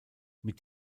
mit